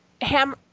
ham